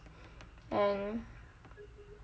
and